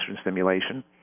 stimulation